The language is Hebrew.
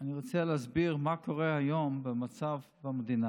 אני רוצה להסביר מה קורה היום במצב במדינה.